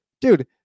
dude